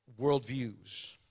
worldviews